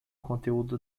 conteúdo